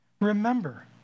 Remember